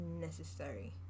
necessary